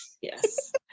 Yes